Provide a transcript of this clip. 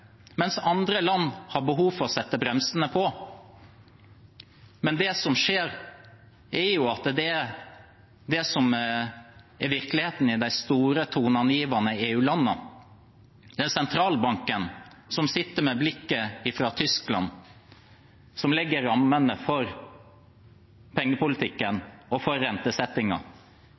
mens andre land har behov for å sette bremsene på. Men det som skjer, er jo at det i virkeligheten er de store, toneangivende EU-landene, det er sentralbanken, som sitter med blikket fra Tyskland, som legger rammene for pengepolitikken og for